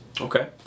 Okay